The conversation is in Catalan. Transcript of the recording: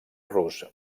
rus